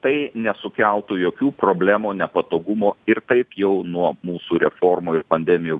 tai nesukeltų jokių problemų nepatogumo ir taip jau nuo mūsų reformų ir pandemijų